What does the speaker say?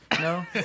No